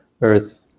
earth